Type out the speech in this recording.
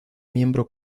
miembro